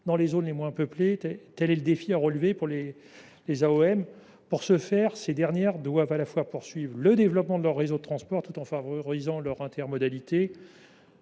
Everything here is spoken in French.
dans les zones les moins peuplées, tel est le défi à relever pour les AOM. Pour cela, ces dernières doivent poursuivre le développement de leurs réseaux de transport tout en favorisant leur intermodalité.